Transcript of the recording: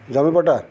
ଜମି ପଟା